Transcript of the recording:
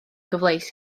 gyfleus